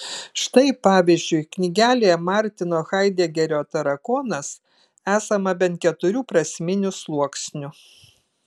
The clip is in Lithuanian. štai pavyzdžiui knygelėje martino haidegerio tarakonas esama bent keturių prasminių sluoksnių